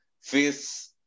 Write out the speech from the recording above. face